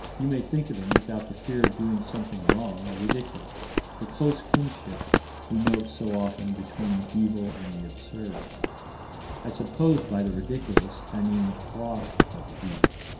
you may think of them without the fear of doing something wrong or ridiculous the close kinship we note so often between the evil and the absurd i suppose by the ridiculous i mean the froth of evil.